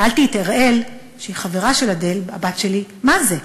שאלתי את אראל, שהיא חברה של אדל, הבת שלי, מה זה?